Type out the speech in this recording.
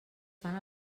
fan